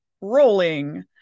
Rolling